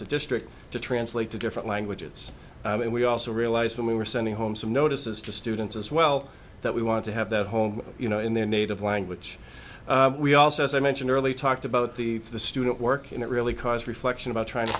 the district to translate to different languages and we also realized when we were sending home some notices to students as well that we wanted to have the home you know in their native language we also as i mentioned earlier talked about the the student work and it really caused reflection about trying to